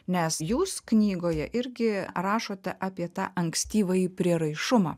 nes jūs knygoje irgi rašote apie tą ankstyvąjį prieraišumą